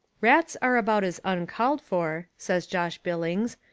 rats are about as un called for, says josh billings,